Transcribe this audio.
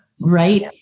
right